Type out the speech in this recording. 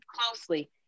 closely